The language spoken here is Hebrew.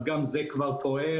גם זה כבר פועל.